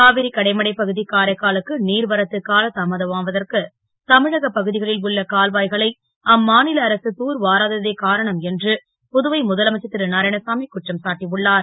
காவிரி கடைமடை பகு காரைக்காலுக்கு நீர்வரத்து காலதாமதமாவதற்கு தமிழகப் பகு களில் உள்ள கால்வா களை அம்மா ல அரசு தூர்வாராததே காரணம் என்று புதுவை முதலமைச்சர் ரூ நாராயணசாமி குற்றம் சாட்டியுள்ளார்